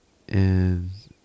and